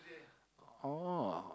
oh